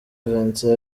vincent